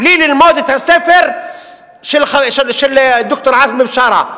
בלי ללמוד את הספר של ד"ר עזמי בשארה,